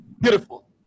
beautiful